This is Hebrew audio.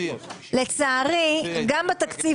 לצערי גם בתקציב